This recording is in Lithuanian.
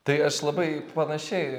tai aš labai panašiai